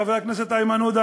חבר הכנסת איימן עודה,